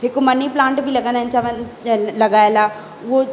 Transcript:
हिकु money plant बि लॻंदा आहिनि चवंदा आहिनि लॻियल आहे